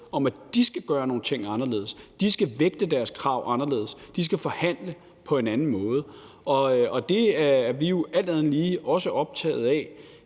til at de skal gøre nogle ting anderledes, at de skal vægte deres krav anderledes, at de skal forhandle på en anden måde. Det er vi jo alt andet lige også optaget af